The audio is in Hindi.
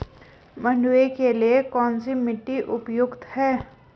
मंडुवा के लिए कौन सी मिट्टी उपयुक्त है?